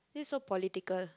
this so political